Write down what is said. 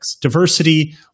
Diversity